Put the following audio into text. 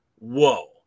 whoa